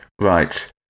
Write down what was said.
Right